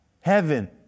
Heaven